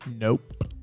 Nope